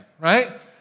right